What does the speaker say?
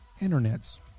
internets